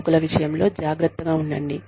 జోకుల విషయంలో జాగ్రత్తగా ఉండండి